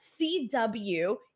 CW